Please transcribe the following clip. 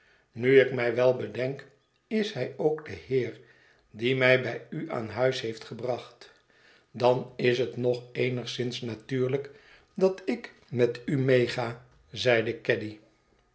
nu ik mij wel bedenk is hij ook de heer die mij bij u aan huis heeft gebracht dan is het nog eenigszins natuurlijk dat ik met u medega zeide